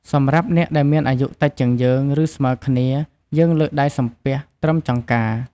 សម្រាប់អ្នកដែលមានអាយុតិចជាងយើង ឬស្មើគ្នា យើងលើកដៃសំពះត្រឹមចង្កា។